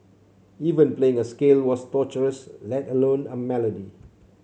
even playing a scale was torturous let alone a melody